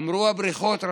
אמרו: הבריכות.